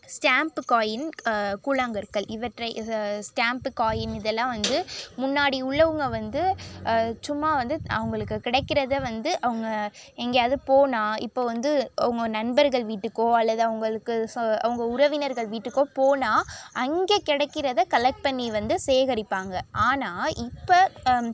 stamp coin கூழாங்கற்கள் இவற்றை இதை ஸ்டாம்பு காயின் இதெல்லாம் வந்து முன்னாடி உள்ளவங்க வந்து சும்மா வந்து அவங்களுக்கு கிடைக்கிறத வந்து அவங்க எங்கேயாவது போனால் இப்போ வந்து அவங்க நண்பர்கள் வீட்டுக்கோ அல்லது அவங்களுக்கு சொ அவங்க உறவினர்கள் வீட்டுக்கோ போனால் அங்கே கிடைக்கிறத கலெக்ட் பண்ணி வந்து சேகரிப்பாங்க ஆனால் இப்போ